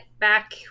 back